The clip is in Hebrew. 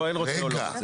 לא, אין רוצה או לא רוצה.